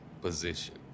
position